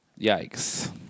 Yikes